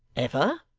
ever!